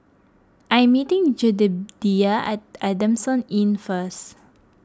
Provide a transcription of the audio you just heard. I am meeting Jedediah at Adamson Inn first